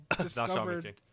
discovered